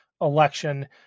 election